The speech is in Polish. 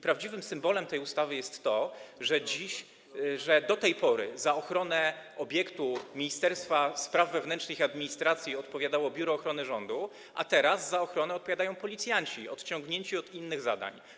Prawdziwym symbolem tej ustawy jest to, że do tej pory za ochronę obiektu Ministerstwa Spraw Wewnętrznych i Administracji odpowiadało Biuro Ochrony Rządu, a teraz za ochronę odpowiadają policjanci odciągnięci od innych zadań.